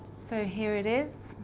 so, here it is,